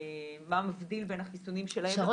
מה מבדיל בין החיסונים -- שרון,